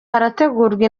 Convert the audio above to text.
harategurwa